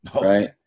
right